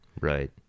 Right